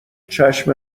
چشم